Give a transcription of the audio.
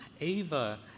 Ava